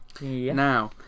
Now